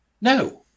no